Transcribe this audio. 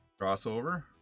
crossover